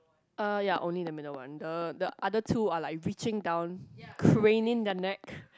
uh ya only the middle one the the other two are like reaching down craning their neck